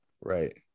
Right